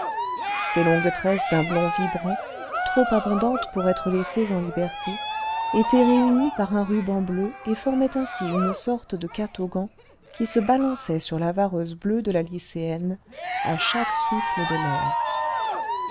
ses longues tresses d'un blond vibrant trop abondantes pour être laissées en liberté étaient réunies par un ruban bleu et formaient ainsi une sorte de catogan qui se balançait sur la vareuse bleue de la lycéenne à chaque souffle de l'air